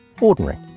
ordinary